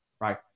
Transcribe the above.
right